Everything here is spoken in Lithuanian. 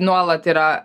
nuolat yra